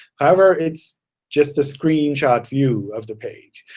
however, it's just a screenshot view of the page.